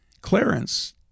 Clarence